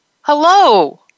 Hello